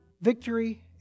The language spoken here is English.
victory